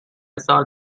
سال